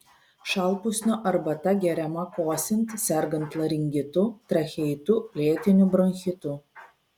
šalpusnio arbata geriama kosint sergant laringitu tracheitu lėtiniu bronchitu